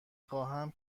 خواهم